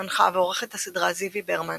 || מנחה ועורכת הסדרה זיוי ברמן,